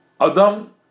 Adam